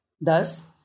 Thus